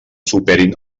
superin